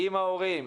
עם ההורים,